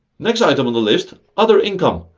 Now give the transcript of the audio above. next item on the list other income.